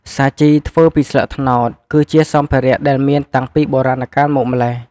សាជីធ្វើពីស្លឹកត្នោត គឺជាសម្ភារៈដែលមានតាំងពីបុរាណកាលមកម្ល៉េះ។